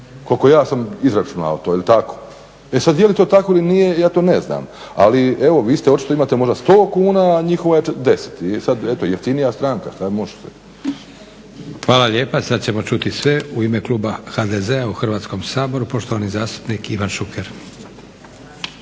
koliko sam ja izračunao jeli tako? E sada jeli to tako ili nije ja to ne znam. Ali vi očito imate možda 100 kuna, a njihova je 10 i sada eto jeftinija stranka, šta možete. **Leko, Josip (SDP)** Hvala lijepa. Sada ćemo čuti sve u ime kluba HDZ-a u Hrvatskom saboru. poštovani zastupnik Ivan Šuker.